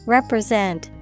Represent